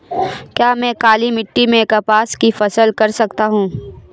क्या मैं काली मिट्टी में कपास की फसल कर सकता हूँ?